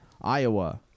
Iowa